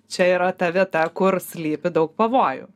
čia yra ta vieta kur slypi daug pavojų